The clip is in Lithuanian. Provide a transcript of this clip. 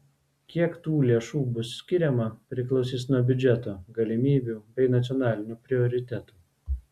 kiek tų lėšų bus skiriama priklausys nuo biudžeto galimybių bei nacionalinių prioritetų